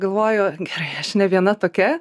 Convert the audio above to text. galvoju gerai aš ne viena tokia